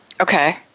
Okay